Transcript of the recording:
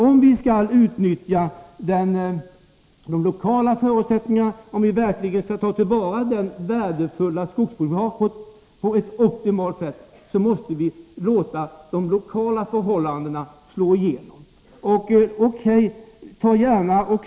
Om vi skall utnyttja de lokala förutsättningarna och verkligen ta till vara den värdefulla skogsråvaran på ett optimalt sätt måste vi låta de lokala förhållandena slå igenom.